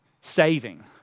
Saving